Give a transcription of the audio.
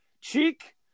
cheek